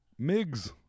MiGs